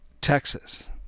Texas